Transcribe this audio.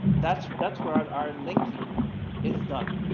that's, that's where our our linking is done.